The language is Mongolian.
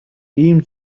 ийм